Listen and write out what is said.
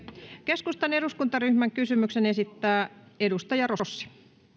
keskustan eduskuntaryhmän kysymyksen esittää edustaja rossi